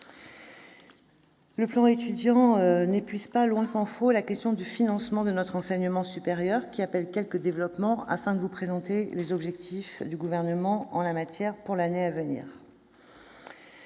Le plan Étudiants n'épuise pas, tant s'en faut, la question du financement de notre enseignement supérieur, qui appelle quelques développements, afin que vous soient présentés les objectifs du Gouvernement en la matière pour l'année à venir.